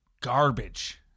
Garbage